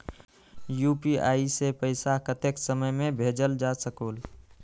UPI से पैसा कतेक समय मे भेजल जा स्कूल?